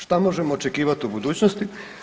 Šta možemo očekivati u budućnosti?